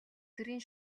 төрийн